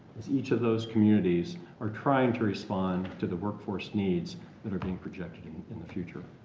as each of those communities are trying to respond to the workforce needs that are being projected in in the future.